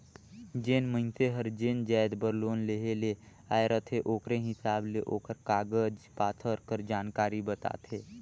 जेन मइनसे हर जेन जाएत बर लोन लेहे ले आए रहथे ओकरे हिसाब ले ओकर कागज पाथर कर जानकारी बताथे